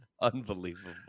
Unbelievable